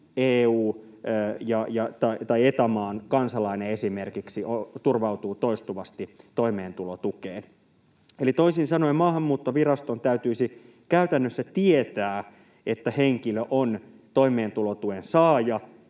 EU- tai Eta-maan kansalainen esimerkiksi turvautuu toistuvasti toimeentulotukeen. Eli toisin sanoen Maahanmuuttoviraston täytyisi käytännössä tietää, että henkilö on toimeentulotuen saaja,